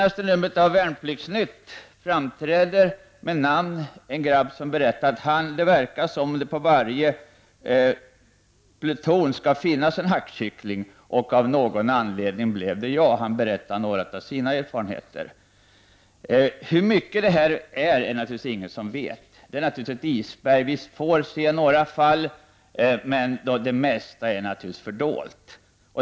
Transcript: I senaste numret av Värnpliktsnytt framträdde med namn en pojke som berättade att det verkar som om det på varje pluton måste finnas en hackkyckling, och på hans pluton blev det av någon anledning just han. Pojken berättade alltså om några av sina erfarenheter. Det är naturligtvis ingen som vet hur stor omfattningen av mobbningen är. Frågan är naturligtvis som ett isberg. Vi får se några fall, men det mesta är förstås fördolt.